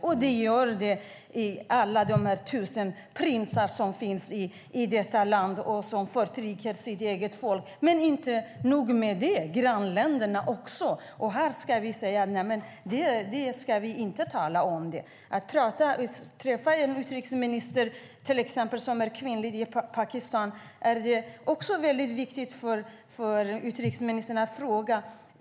Men det gör det i detta land, med alla de tusen prinsar som finns i landet och som förtrycker sitt eget folk. Men det är inte nog med det, utan det är likadant i grannländerna. Ska vi säga att vi inte ska prata om det? När utrikesministern träffar en kvinnlig utrikesminister i Pakistan är det viktigt att utrikesministern ställer frågor.